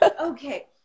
okay